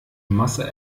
masse